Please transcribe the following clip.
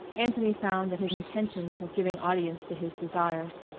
anthony found that his intentions were giving audience to his desires.